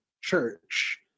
church